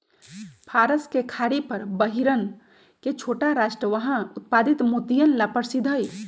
फारस के खाड़ी पर बहरीन के छोटा राष्ट्र वहां उत्पादित मोतियन ला प्रसिद्ध हई